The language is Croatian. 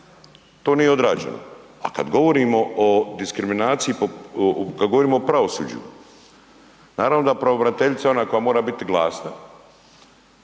to nije odrađeno. A kad govorimo o diskriminaciji po, kad govorimo o pravosuđu, naravno da je pravobraniteljica ona koja mora biti glasna